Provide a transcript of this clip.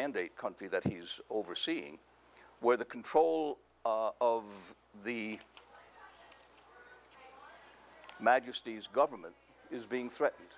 mandate country that he's overseeing where the control of the majesty's government is being threatened